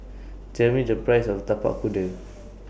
Tell Me The Price of Tapak Kuda